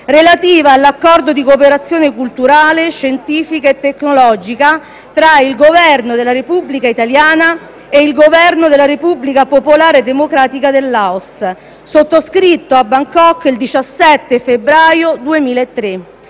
relativa all'Accordo di cooperazione culturale, scientifica e tecnologica tra il Governo della Repubblica italiana e il Governo della Repubblica popolare democratica del Laos, sottoscritto a Bangkok il 17 febbraio 2003.